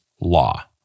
law